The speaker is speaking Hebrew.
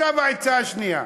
עכשיו העצה השנייה: